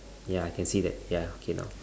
ya can say that ya K now